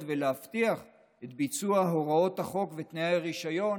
ולהבטיח את ביצוע הוראות החוק ותנאי הרישיון